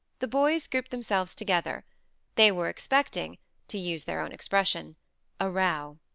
the boys grouped themselves together they were expecting to use their own expression a row.